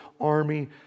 army